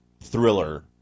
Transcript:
thriller